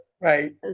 right